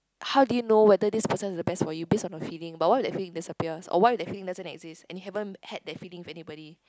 how do you know whether this person is the best for you based on a feeling but what if the feeling disappears or what if the feeling doesn't exist and you haven't had that feeling with anybody